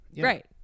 right